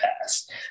past